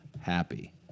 happy